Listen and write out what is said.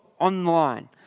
online